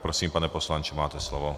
Prosím, pane poslanče, máte slovo.